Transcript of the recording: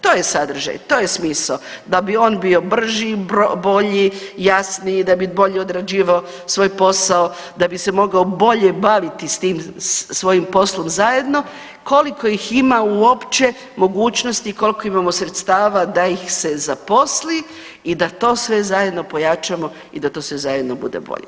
To je sadržaj, to je smisao da bi on bio brži, bolji, jasniji, da bi bolje odrađivao svoj posao da bi se mogao bolje baviti s tim svojim poslom zajedno, koliko ih ima uopće mogućnosti i koliko imamo sredstava da ih se zaposli i da to sve zajedno pojačamo i da to sve zajedno bude bolje.